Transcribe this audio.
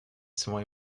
свой